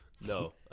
No